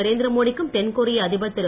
நரேந்திரமோடி க்கும் தென்கொரிய அதிபர் திரு